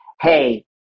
hey